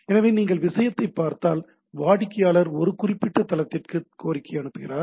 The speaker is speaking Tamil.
எனவே நீங்கள் விஷயத்தைப் பார்த்தால் வாடிக்கையாளர் ஒரு குறிப்பிட்ட தளத்திற்கான கோரிக்கையை அனுப்புகிறார்